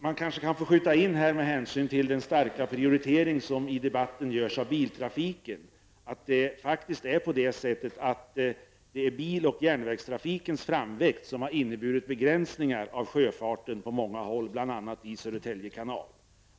Man kan kanske skjuta in, med hänsyn till den stora prioritering av bilfabriken som görs i debatten, att det faktiskt är så att det är bil och järnvägstrafikens framväxt som har inneburit begränsningar av sjöfarten på många håll, bl.a. i Södertälje kanal.